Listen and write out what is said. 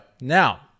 Now